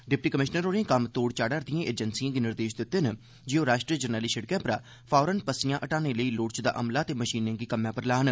deputy commissioner होरें कम्म तोढ़ चाढ़ा'रदी एजेंसिएं गी निर्देश दित्ते न जे ओह् राष्ट्री जरनैली सिड़कै परा फौरन पस्स्यां हटाने लेई लोड़चदा अमला ते मशीनें गी कम्में पर लान